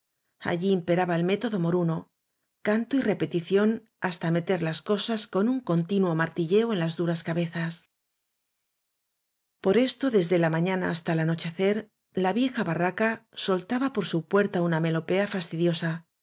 allí imperaba el método moruno canto y repetición hasta meter las cosas con un con tinuo martilleo en las duras cabezas por esto desde la mañana hasta el anochecer la vieja barraca soltaba por su puerta una melopea fastidiosa